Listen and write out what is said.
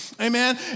Amen